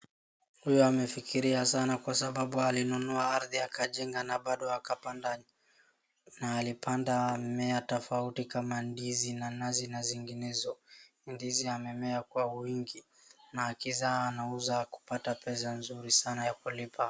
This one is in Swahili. Huyu amefikiria sana kwa sababu alinunua ardhi akajenga na bado akapanda na alipanda mimea tofauti kama ndizi na nazi na zinginezo. Ndizi amemea kwa wingi na akizaa anauza kupata pesa nzuri sana ya kulipa.